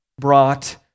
brought